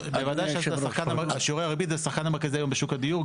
אבל בוודאי ששיעורי הריבית זה השחקן המרכזי היום בשוק הדיור,